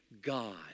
God